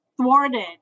thwarted